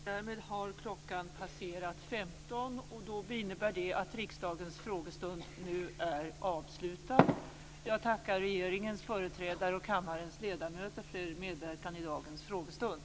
Därmed har klockan passerat 15.00, och det innebär att riksdagens frågestund nu är avslutad. Jag tackar regeringens företrädare och kammarens ledamöter för er medverkan i dagens frågestund.